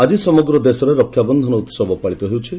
ଆଜି ସମଗ୍ର ଦେଶରେ ରକ୍ଷାବନ୍ଧନ ଉତ୍ସବ ପାଳିତ ହେଉଛି